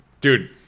Dude